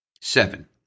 seven